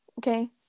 Okay